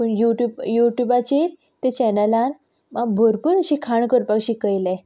पूण यू यू ट्युबाचेर ते चॅनलान भरपूर अशी खाण शिकयलें